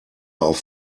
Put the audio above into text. auf